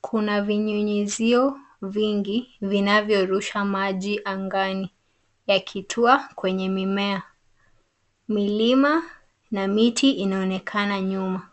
Kuna vinyunyizio vingi vinavyorusha maji angani yakitua kwenye mimea, Milima na miti inaonekana nyuma.